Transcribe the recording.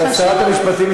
שרת המשפטים,